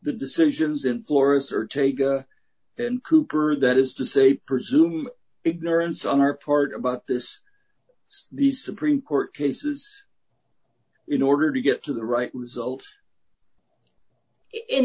the decisions in florence or take and cooper that is to say presume ignorance on our part about this the supreme court cases in order to get to the right result in